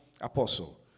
apostle